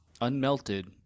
unmelted